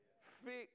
Fix